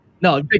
No